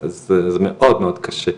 זה מאוד מאוד קשה.